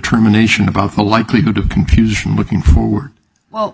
determination about the likelihood of completion looking forward well